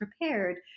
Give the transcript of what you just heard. prepared